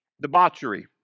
debauchery